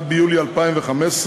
1 ביולי 2015,